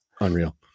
unreal